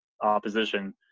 opposition